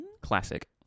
Classic